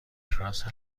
کراس